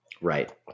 right